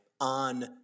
on